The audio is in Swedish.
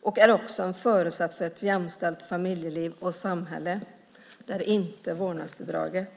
och är en förutsättning för ett jämställt familjeliv och samhälle. Det är inte vårdnadsbidraget.